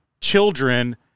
children